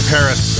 Paris